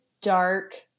dark